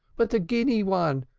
but a guinea one,